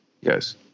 Yes